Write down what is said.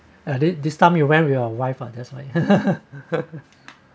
at this this time you went with your wife lah that's why